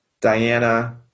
Diana